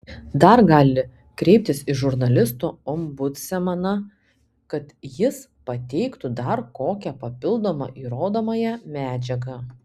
dar gali kreiptis į žurnalistų ombudsmeną kad jis pateiktų dar kokią papildomą įrodomąją medžiagą